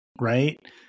Right